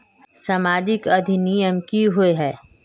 सामाजिक अधिनियम की होय है?